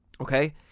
Okay